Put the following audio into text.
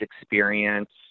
experience